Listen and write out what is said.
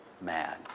mad